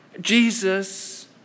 Jesus